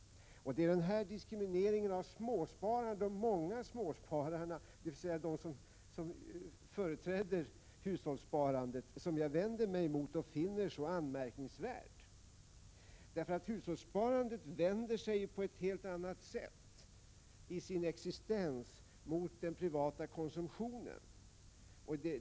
Det är denna diskriminering av de många småspararna, dvs. de som företräder hushållssparandet, som jag vänder mig mot och finner så anmärkningsvärd. Hushållssparandet vänder sig på ett helt annat sätt i sin existens mot den privata konsumtionen.